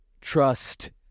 trust